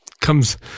comes